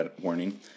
warning